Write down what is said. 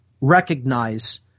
recognize